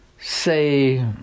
say